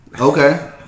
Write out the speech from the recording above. Okay